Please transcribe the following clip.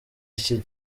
iki